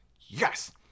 yes